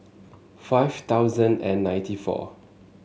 five thousand and ninety four